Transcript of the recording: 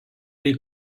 bei